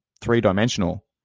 three-dimensional